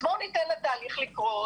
אז בואו ניתן לתהליך לקרות,